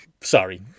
Sorry